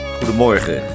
Goedemorgen